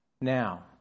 now